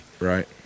Right